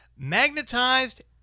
magnetized